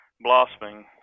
blossoming